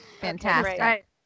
Fantastic